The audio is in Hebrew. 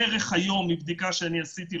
מבדיקה שאני עשיתי,